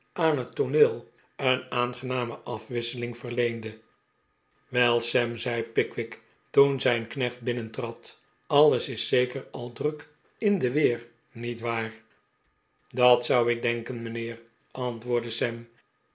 aan het tooneel een aangename afwisseling verleende wel sam zei pickwick toen zijn knecht binnentrad alles is zeker al druk in de weer niet waar dat zou ik denken mijnheer antwoordde sam